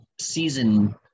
season